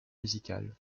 musical